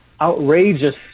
outrageous